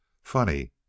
Funny